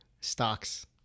Stocks